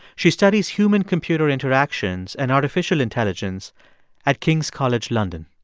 she studies human-computer interactions and artificial intelligence at king's college london.